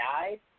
died